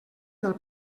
del